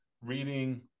reading